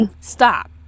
Stop